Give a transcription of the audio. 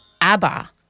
ABBA